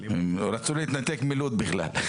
הם רצו להתנתק מלוד בכלל.